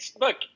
look